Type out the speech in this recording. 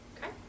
Okay